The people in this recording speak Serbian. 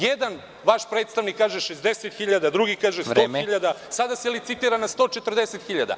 Jedan vaš predstavnik kaže – 60.000, drugi kaže – 100.000, a sada se licitira na 140.000.